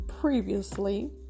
previously